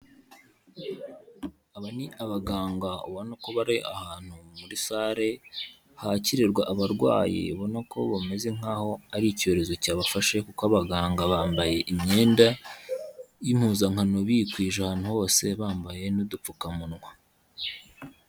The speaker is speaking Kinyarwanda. Aba ni abaganga ubona ko bari ahantu muri sale hakirirwa abarwayi, ubona ko bameze nk'aho ari icyorezo cyabafashe kuko abaganga bambaye imyenda y'impuzankano bikwije ahantu hose bambaye n'udupfukamunwa.